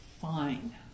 fine